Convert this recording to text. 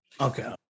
Okay